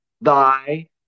thy